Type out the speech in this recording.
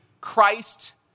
Christ